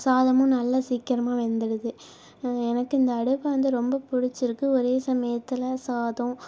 சாதமும் நல்லா சீக்கிரமாக வெந்துடுது எனக்கு இந்த அடுப்பை வந்து ரொம்ப பிடிச்சிருக்கு ஒரே சமயத்தில் சாதம்